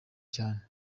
cyane